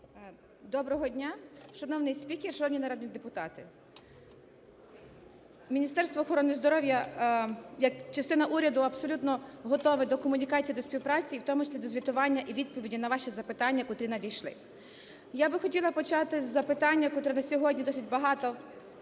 Доброго дня, шановний спікер, шановні народні депутати! Міністерство охорони здоров'я як частина уряду абсолютно готове до комунікації і до співпраці, і в тому числі до звітування і відповіді на ваші запитання, котрі надійшли. Я би хотіла почати з запитання, котре до сьогодні досить багато